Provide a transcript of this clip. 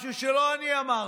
משהו שלא אני אמרתי,